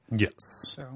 Yes